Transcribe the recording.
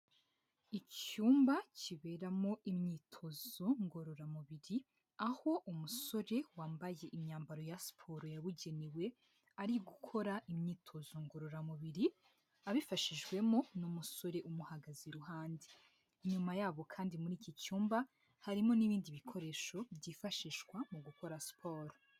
Icyumba kiberamo imyitozo ngororamubiri, aho umusore wambaye imyambaro ya siporo yabugenewe, ari gukora imyitozo ngororamubiri abifashijwemo n'umusore umuhagaze iruhande, inyuma yabo kandi muri iki cyumba, harimo n'ibindi bikoresho byifashishwa mu gukora siporo.